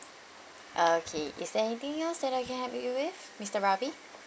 okay is there anything else that I can help you with mister Ravi